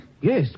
Yes